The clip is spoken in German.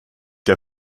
der